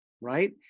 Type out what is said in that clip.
right